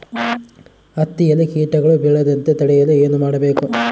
ಹತ್ತಿಯಲ್ಲಿ ಕೇಟಗಳು ಬೇಳದಂತೆ ತಡೆಯಲು ಏನು ಮಾಡಬೇಕು?